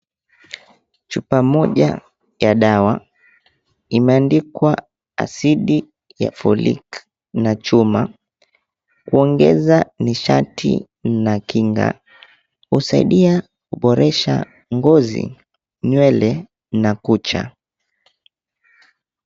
Chupa moja ya dawa, imeandikwa asidi ya Folic na chuma. Kuongeza ni sharti na kinga. Husaidia kuboresha ngozi, nywele na kucha.